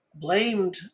Blamed